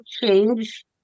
change